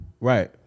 right